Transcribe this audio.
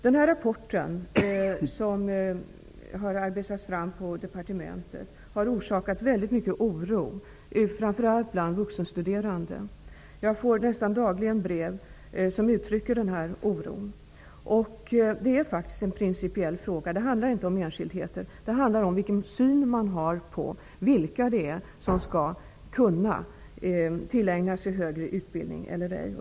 Denna rapport, som har arbetats fram på departementet, har orsakat mycket oro, framför allt bland vuxenstuderande. Jag får nästan dagligen brev som uttrycker denna oro. Det är faktiskt en principiell fråga. Det handlar inte om enskildheter. Det handlar om vilken syn man har på vilka det är som skall kunna tillägna sig högre utbildning eller ej.